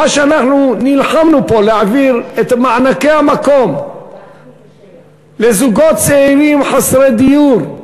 מה שאנחנו נלחמנו פה להעביר את מענקי המקום לזוגות צעירים חסרי דיור,